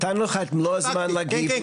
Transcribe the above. נתנו לך את מלוא הזמן להגיב.